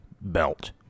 belt